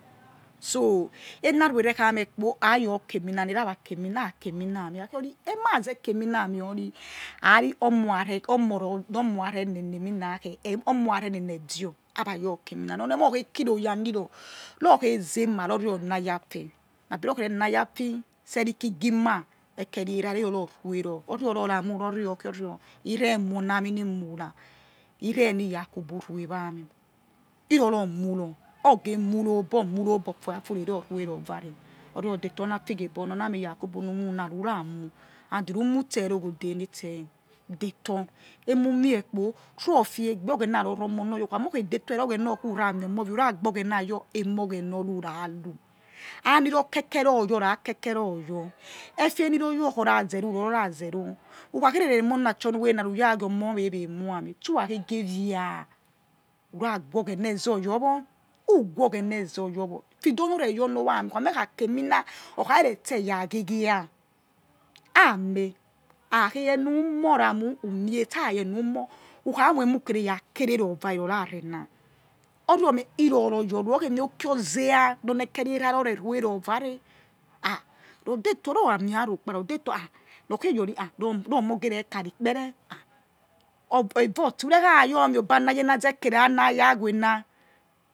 So̱ o̱ eni arue rekhamekpo ha your ke mi na ni ra ha ra ke mi na ya meh he kha khe yor tse ha̱ ra ke mi na ha̱ meh ha̱ ri omoh ra re reh edior ha ra yor ke he̱ mi na oni emoh okhei ki ri oya ni ror ror khei zi̱ ema ri or khe na yi̱ afe abi rukherena yi afi seriki gimah ekeri erara irioro ruwe or oge muroi obor fio afurere vare or your detor oni afighi ebor na oni ami yakubu nu̱ huw na ru ra huw and ri̱ ruw tse eroghode nitseh detor emi umie kpo rufare egbe oghena ri or ru omo ni oya who kha khe mor detor we ya̱ ra oghena or khi who̱ ra mie omo via who ra gbor oghena your emi oghena ru̱ ra ru ani ru̱ ke̱ ke̱ ru̱ your ra keke ro your efe ni ru̱ or your or ra zaru ri ru ra̱ ze ru who kha khe rere na̱ ti onu wereh na reh who ra ghi omoh we we mu̱ hami turakhege viaah who ra gue oghenaezor your wo or who gue oghena ezor your wo or fidono re yi or ni owa ami who kha mie khi ha̱ ke mi na̱ okha reretse ragiegiya ha̱ meh akha̱ khei your nu̱ moh who mie tsara ye moh who̱ kha̱ moi emmukere ra kereror vare ror ra̱ re̱ na̱ or ri or meh he̱ ror ro your ri okhei mieh uki ozerya ni or ni e̱keriera ra or re rue ro va re ha o̱detor or ra mie arokpa ror or detor okhei youri ha ror mor gere khari kpere ha eva otse who re̱ ha ra your moi ana na ye na zekerayawena